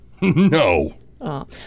No